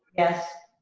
yes.